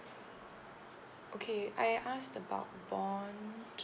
okay I've asked about bond